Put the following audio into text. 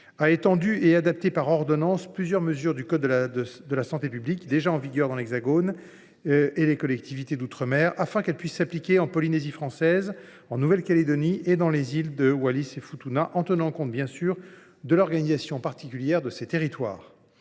a étendu et adapté par ordonnance plusieurs mesures du code de la santé publique déjà en vigueur dans l’Hexagone et dans les départements et régions d’outre mer, afin qu’elles puissent s’appliquer en Polynésie française, en Nouvelle Calédonie et dans les îles Wallis et Futuna, en tenant compte, bien sûr, de l’organisation particulière de ces territoires.